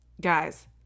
Guys